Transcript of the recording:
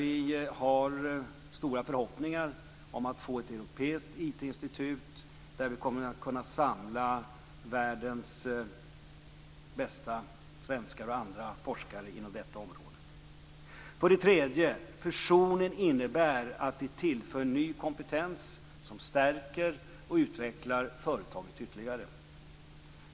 Vi har stora förhoppningar om att få ett europeiskt IT-institut där vi kommer att kunna samla världens bästa - svenskar och andra - forskare inom detta område. För det tredje: Fusionen innebär att vi tillför ny kompetens som stärker och utvecklar företaget ytterligare.